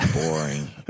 boring